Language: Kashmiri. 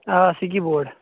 آ سِکی بوڈ